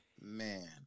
man